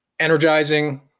energizing